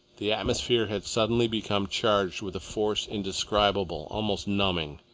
the atmosphere had suddenly become charged with a force indescribable, almost numbing.